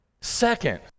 Second